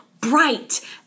bright